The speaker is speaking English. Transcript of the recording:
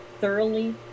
thoroughly